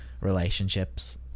relationships